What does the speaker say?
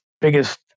biggest